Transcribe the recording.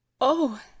Oh